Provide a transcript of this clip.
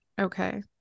Okay